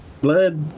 blood